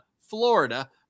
Florida